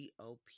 GOP